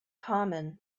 common